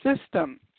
system